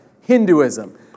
Hinduism